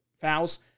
fouls